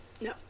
No